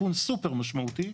תיקון סופר משמעותי,